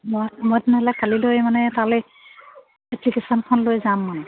মই মই তেনেহ'লে কালিলৈ মানে তালৈ এপ্লিকেশ্যনখন লৈ যাম মানে